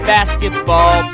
Basketball